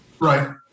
Right